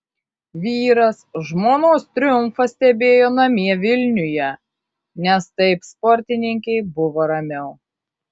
vyras žmonos triumfą stebėjo namie vilniuje nes taip sportininkei buvo ramiau